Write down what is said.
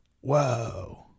Whoa